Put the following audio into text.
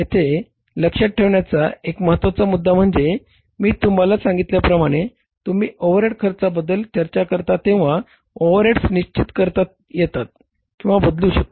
येथे लक्षात ठेवण्याचा एक महत्त्वाचा मुद्दा म्हणजे मी तुम्हाला सांगितल्याप्रमाणे तुम्ही ओव्हरहेड खर्चाबद्दल चर्चा करता तेव्हा ओव्हरहेड्स निश्चित करता येतात किंवा बदलू शकतात